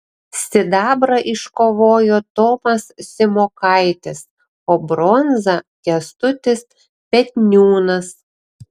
sidabrą iškovojo tomas simokaitis o bronzą kęstutis petniūnas